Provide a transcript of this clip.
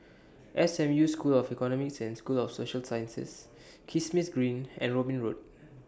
S M U School of Economics and School of Social Sciences Kismis Green and Robin Road